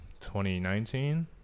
2019